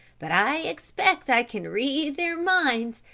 but i expect i can read their minds,